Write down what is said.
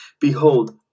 Behold